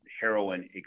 heroin